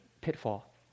pitfall